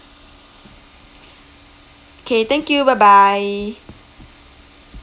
K thank you bye bye